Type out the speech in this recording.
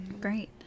Great